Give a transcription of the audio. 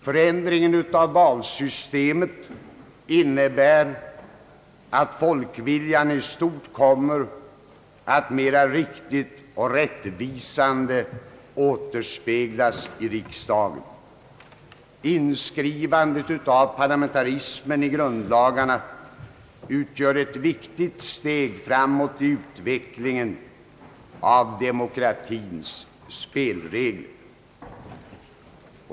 Förändringen av valsystemet innebär att folkviljan i stort kommer att mera riktigt och rättvisande återspeglas i riksdagen. Inskrivandet av parlamentarismen i grundlagarna utgör ett viktigt steg framåt i utvecklingen av demokratins spelregler.